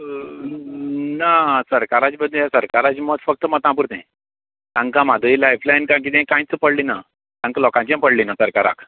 ना सरकाराचें मत फक्त मता पुरतें तांकां म्हादय लायफ लायन काय किदें कांयच पडलें ना तांकां लोकांचेय पडलें ना सरकाराक